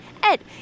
Ed